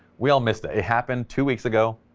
we all missed it, happen two weeks ago.